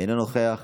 אינו נוכח,